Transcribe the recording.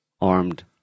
armed